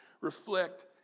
reflect